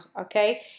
okay